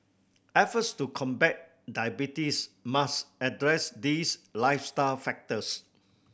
efforts to combat diabetes must address these lifestyle factors